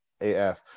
AF